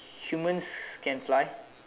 humans can fly